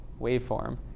waveform